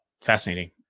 fascinating